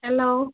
hello